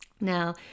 Now